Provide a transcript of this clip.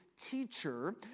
teacher